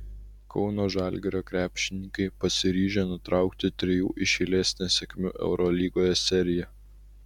kauno žalgirio krepšininkai pasiryžę nutraukti trijų iš eilės nesėkmių eurolygoje seriją